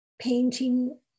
painting